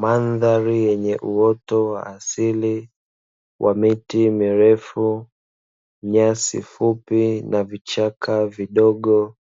Mandhari yenye uoto wa asili wa miti mirefu, nyasi fupi na vichaka vidogo.